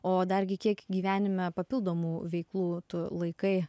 o dargi kiek gyvenime papildomų veiklų tu laikai